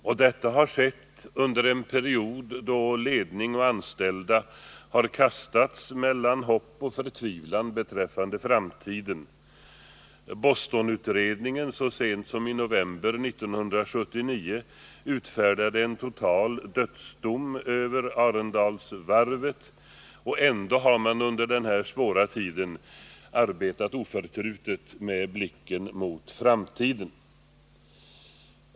Denna omställning har skett under en period då ledning och anställda har kastats mellan hopp och förtvivlan beträffande framtiden. Bostonutredningen utfärdades så sent som i november 1979 en total dödsdom över Arendalsvarvet. Ändå har varvet under den här svåra tiden arbetat oförtrutet med blicken riktad mot framtiden.